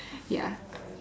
ya